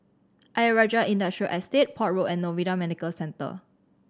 Ayer Rajah Industrial Estate Port Road and Novena Medical Centre